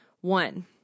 One